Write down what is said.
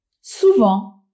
Souvent